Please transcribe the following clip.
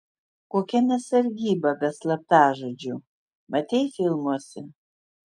kokia mes sargyba be slaptažodžių matei filmuose